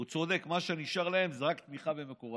הוא צודק, מה שנשאר להם זה רק תמיכה במקורבים.